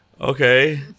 okay